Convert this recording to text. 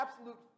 absolute